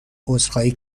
عذرخواهی